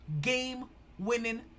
game-winning